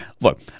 look